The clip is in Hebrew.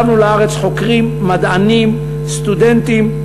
השבנו לארץ חוקרים, מדענים, סטודנטים.